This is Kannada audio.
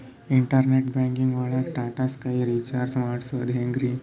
ಇಂಟರ್ನೆಟ್ ಬ್ಯಾಂಕಿಂಗ್ ಒಳಗ್ ಟಾಟಾ ಸ್ಕೈ ರೀಚಾರ್ಜ್ ಮಾಡದ್ ಹೆಂಗ್ರೀ?